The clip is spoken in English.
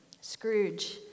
Scrooge